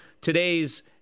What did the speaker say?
today's